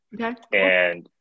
Okay